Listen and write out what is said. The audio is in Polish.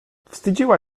wstydziła